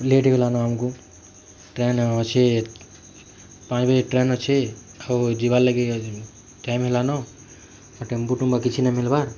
late ହେଇଗଲା ନ ଆମକୁ ଅଛି ପାଞ୍ଚ ବଜେ ଟ୍ରେନ୍ ଅଛି ଆଉ ଯିବାର୍ ଲାଗି ଟାଇମ୍ ହେଲା ନ ଆଉ ଟେମ୍ପୁ ଟୁମ୍ପା କିଛି ନାଇଁ ମିଲବାର୍